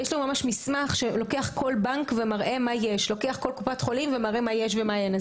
יש לנו מסמך שממש לוקח כל בנק וכל קופת חולים ומראה מה יש ומה אין.